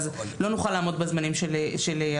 אז לא נוכל לעמוד בזמנים של החוק.